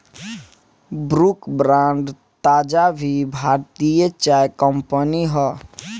Brooke Bond ताज़ा भी भारतीय चाय कंपनी हअ